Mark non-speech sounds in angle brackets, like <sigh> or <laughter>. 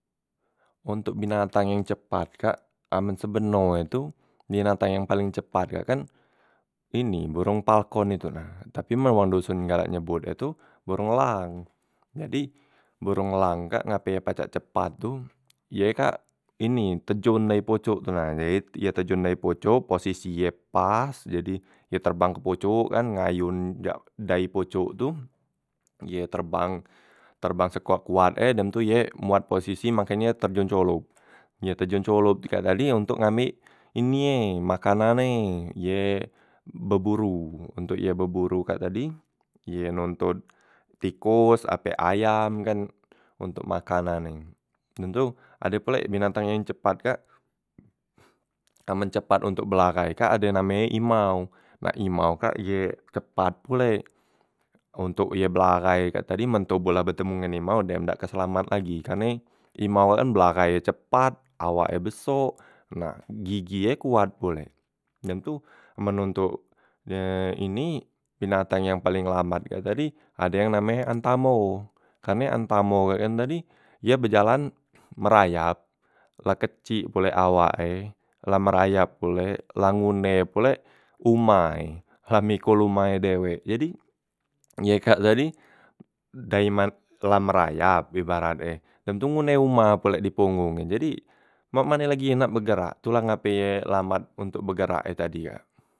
Ontok binatang yang cepat kak, amen sebeno e tu binatang yang paling cepat kak kan ini borong palkon itu na, tapi men wong doson galak nyebut e tu borong elang. Jadi borong elang kak ngape ye pacak cepat tu ye kak ini terjon dari pocok tu na, jade ye tejon dari pocok posisi ye pas jadi ye terbang ke pocok kan ngayon dak dayi pocok tu ye terbang terbang sekoat- koat e dem tu ye muat posisi makenye terjon colo, ye terjon colo pi kak tadi ontok ngambek ini ye makanan e, ye beboro ontok ye beboro kak tadi ye nontot tikos ape ayam kan ontok makanan e. Dem tu ade pulek binatang yang cepat kak amen cepat ontok belarai kak ade yang name e imau, nah imau kak ye cepat pulek ontok ye belarai kak tadi men toboh la betemu ngan imau dem dak keselamat lagi, karne imau kak kan belarai ye cepat, awak e besok, nah gigi ye kuat pulek. Dem tu men ontok <hesitation> ini binatang yang paleng lambat kak tadi ade yang name e antamo, karne antamo kak kan tadi ye bejalan merayap, la kecik pulek awak e, la merayap pulek, la ngune pulek umai, la mikol umai dewek, jadi ye kak tadi dayi man la merayap ibarat e, dem tu ngune umah pulek di ponggong e, jadi mak mane lagi ye nak begerak, tu la ngape ye lambat ontok begerak e tadi kak.